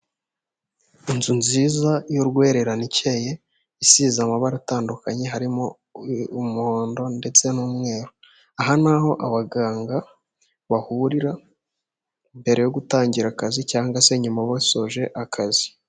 Inzu nziza y'urwererane ikeye, isize amabara atandukanye harimo umuhondo ndetse n'umweru, aha ni aho abaganga bahurira mbere yo gutangira akazi cyangwa se nyuma basoje akazi.